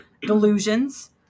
Delusions